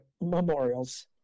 memorials